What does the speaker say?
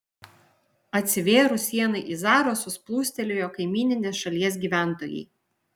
atsivėrus sienai į zarasus plūstelėjo kaimyninės šalies gyventojai